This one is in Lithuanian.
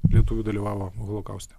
britų dalyvavo holokauste